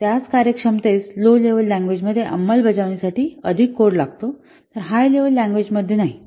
त्याच कार्यक्षमतेस low level language मध्ये अंमलबजावणी साठी अधिक कोड लागतो तर हाय लेव्हल लँग्वेज मध्ये नाही